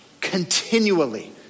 continually